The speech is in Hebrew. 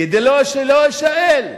כדי שלא אשאל.